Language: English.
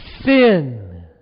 Sin